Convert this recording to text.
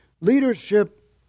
leadership